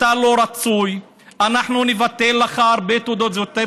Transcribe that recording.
אתה לא רצוי, אנחנו נבטל לך הרבה תעודות זהות.